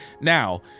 Now